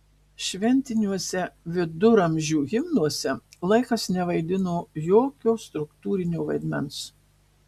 šventiniuose viduramžių himnuose laikas nevaidino jokio struktūrinio vaidmens